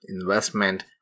investment